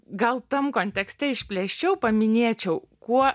gal tam kontekste išplėsčiau paminėčiau kuo